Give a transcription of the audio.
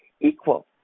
equal